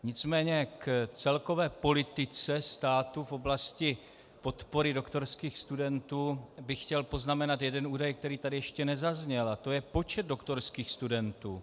Nicméně k celkové politice státu v oblasti podpory doktorských studentů bych chtěl poznamenat jeden údaj, který tady ještě nezazněl, a to je počet doktorských studentů.